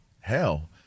hell